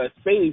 space